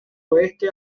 oeste